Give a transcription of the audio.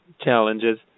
challenges